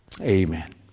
Amen